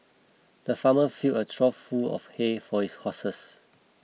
the farmer filled a trough full of hay for his horses